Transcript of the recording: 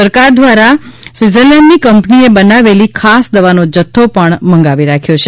સરકાર દ્વારા સ્વિઝરલેન્ડની કંપનીએ બનાવેલી ખાસ દવાનો જથ્થો પણ મંગાવી રાખ્યો છે